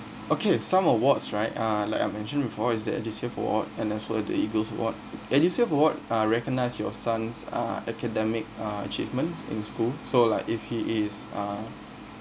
okay some awards right uh like I mentioned before is that edusave award and as well as the EAGLES award edusave award are recognize your son's uh academic uh achievements in school so like if he is uh